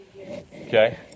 Okay